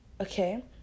okay